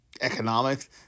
economics